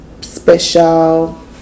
special